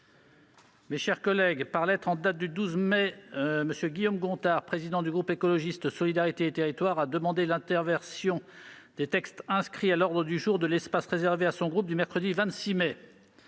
texte commun. Par lettre en date du 12 mai 2021, M. Guillaume Gontard, président du groupe Écologiste - Solidarité et Territoires, a demandé l'interversion des textes inscrits à l'ordre du jour de l'espace réservé à son groupe du mercredi 26 mai